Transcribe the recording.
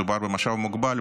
מדובר במשאב מוגבל,